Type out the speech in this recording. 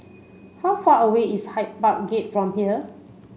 how far away is Hyde Park Gate from here